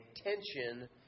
attention